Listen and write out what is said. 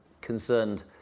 concerned